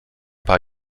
paar